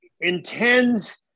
Intends